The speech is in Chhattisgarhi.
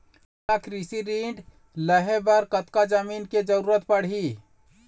मोला कृषि ऋण लहे बर कतका जमीन के जरूरत पड़ही?